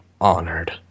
honored